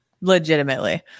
legitimately